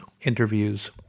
interviews